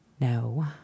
No